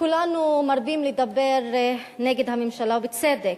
כולנו מרבים לדבר נגד הממשלה, בצדק.